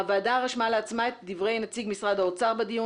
הוועדה רשמה לעצמה את דברי נציג משרד האוצר בדיון,